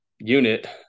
unit